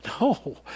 No